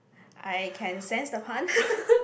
I can sense the pun